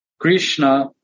Krishna